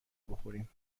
بخوریم